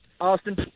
Austin